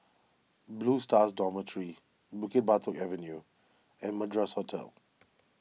Blue Stars Dormitory Bukit Batok Avenue and Madras Hotel